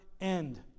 end